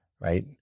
right